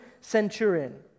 centurion